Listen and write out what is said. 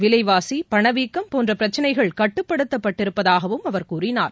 விலைவாசி பணவீக்கம் போன்ற பிரச்சனைகள் கட்டுப்படுத்தப்பட்டிருப்பதாகவும் கூறினார்